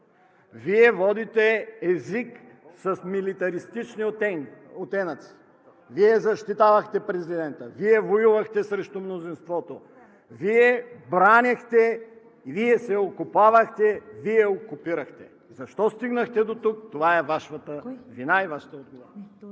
Вие водите език с милитаристични оттенъци, Вие защитавахте президента, Вие воювахте срещу мнозинството, Вие бранихте, Вие се окопавахте, Вие окупирахте! Защо стигнахте дотук? Това е Вашата вина и Вашата отговорност.